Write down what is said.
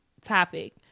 topic